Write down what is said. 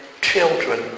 Children